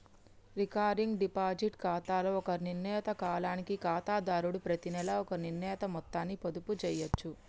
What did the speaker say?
recurring deposit ఖాతాలో ఒక నిర్ణీత కాలానికి ఖాతాదారుడు ప్రతినెలా ఒక నిర్ణీత మొత్తాన్ని పొదుపు చేయచ్చు